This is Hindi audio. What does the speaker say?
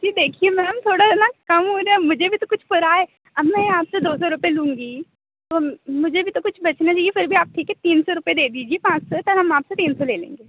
जी देखिए मैम थोड़ा ना कम हो जाए मुझे भी तो कुछ पड़ाए अब मैं आपसे दो सौ रुपए लूँगी तो मुझे भी तो कुछ बचना चाहिए फिर भी आप ठीक है तीन सौ रुपए दे दीजिए पाँच सौ पर हम आपसे तीन सौ ले लेंगे